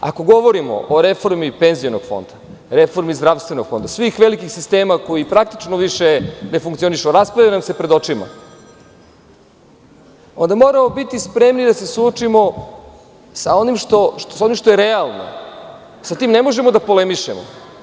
Ako govorimo o reformi penzionog fonda, reformi zdravstvenog fonda, svih velikih sistema koji praktično više ne funkcionišu, raspadaju nam se pred očima, onda moramo biti spremni da se suočimo sa onimšto je realno, sa tim ne možemo da polemišemo.